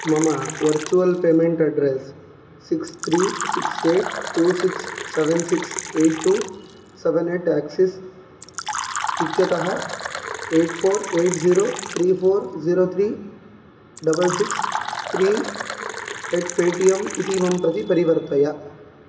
मम virtual payment address six three six eight two six seven six eight two seven at Axis इत्यतः eight four eight zero three four zero three double six three at Paytm इतीमं प्रति परिवर्तय